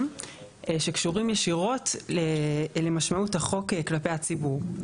שקשורים ישירות למשמעות החוק כלפי הציבור.